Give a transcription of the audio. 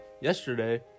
Yesterday